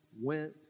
went